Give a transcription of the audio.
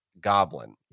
goblin